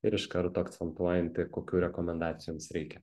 ir iš karto akcentuojanti kokių rekomendacijų jums reikia